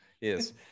yes